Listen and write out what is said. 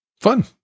Fun